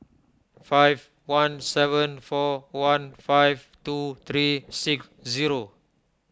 five one seven four one five two three six zero